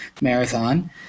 Marathon